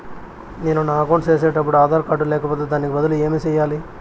నేను నా అకౌంట్ సేసేటప్పుడు ఆధార్ కార్డు లేకపోతే దానికి బదులు ఏమి సెయ్యాలి?